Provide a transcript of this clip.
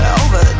over